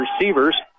receivers